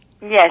yes